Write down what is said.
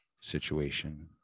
situation